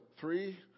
three